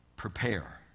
Prepare